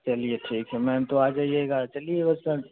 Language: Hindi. चलिए ठीक है तो मैम तो आ जाइएगा चलिए बस हम